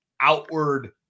outward –